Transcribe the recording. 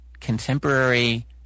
contemporary